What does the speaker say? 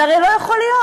זה הרי לא יכול להיות.